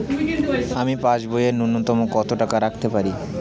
আমি পাসবইয়ে ন্যূনতম কত টাকা রাখতে পারি?